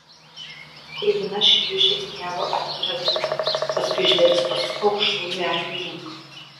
kruvina šliūžė vingiavo atvira vieta paskui žvėris pasuko aukštųjų eglių link